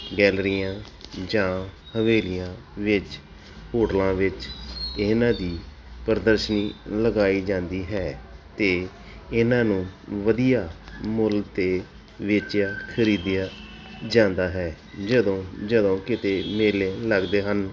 ਗੈਲਰੀਆਂ ਜਾਂ ਹਵੇਲੀਆਂ ਵਿੱਚ ਹੋਟਲਾਂ ਵਿੱਚ ਇਹਨਾਂ ਦੀ ਪ੍ਰਦਰਸ਼ਨੀ ਲਗਾਈ ਜਾਂਦੀ ਹੈ ਅਤੇ ਇਹਨਾਂ ਨੂੰ ਵਧੀਆ ਮੁੱਲ 'ਤੇ ਵੇਚਿਆ ਖਰੀਦਿਆ ਜਾਂਦਾ ਹੈ ਜਦੋਂ ਜਦੋਂ ਕਿਤੇ ਮੇਲੇ ਲੱਗਦੇ ਹਨ